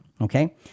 Okay